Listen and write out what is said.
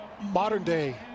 modern-day